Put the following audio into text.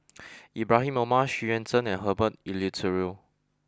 Ibrahim Omar Xu Yuan Zhen and Herbert Eleuterio